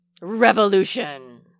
Revolution